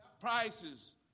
Prices